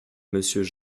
monsieur